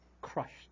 crushed